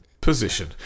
position